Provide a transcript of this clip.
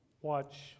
watch